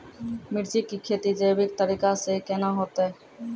मिर्ची की खेती जैविक तरीका से के ना होते?